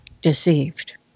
deceived